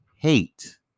Hate